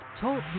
Talk